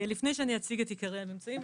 לפני שאני אציג את עיקרי הממצאים,